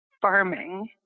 farming –